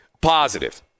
positive